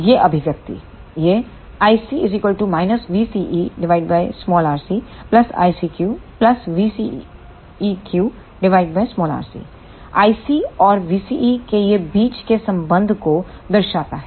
यह अभिव्यक्तियह iC और vCE के यह बीच के संबंध को दर्शाता है